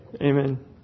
Amen